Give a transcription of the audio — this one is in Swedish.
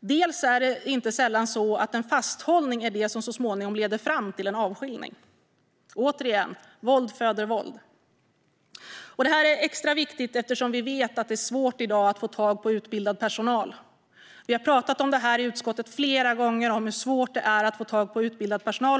dels är det inte sällan så att det är fasthållning som så småningom leder fram till en avskiljning. Återigen: Våld föder våld. Det här är extra viktigt eftersom vi vet att det är svårt att få tag på utbildad personal i dag. I utskottet har vi flera gånger pratat om hur svårt det är att få tag på utbildad personal.